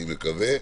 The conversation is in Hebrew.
אני מקווה,